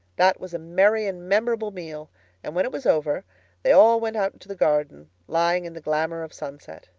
that was a merry and memorable meal and when it was over they all went out to the garden, lying in the glamor of sunset.